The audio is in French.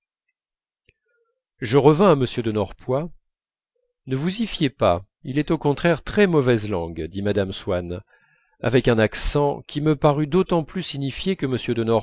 je revins à m de norpois ne vous y fiez pas il est au contraire très mauvaise langue dit mme swann avec un accent qui me parut d'autant plus signifier que